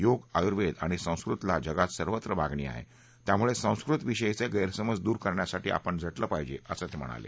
योग आयुर्वेद आणि संस्कृतला जगात सर्वत्र मागणी आहे त्यामुळे संस्कृतविषयीचे गैरसमज दूर करण्यासाठी आपण झाऊं पाहिजे असं ते म्हणाले